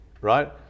Right